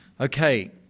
Okay